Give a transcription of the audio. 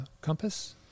compass